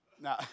no